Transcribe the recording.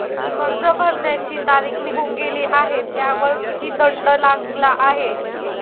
कर्ज भरण्याची तारीख निघून गेली आहे त्यावर किती दंड लागला आहे?